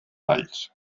alls